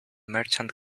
merchant